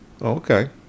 Okay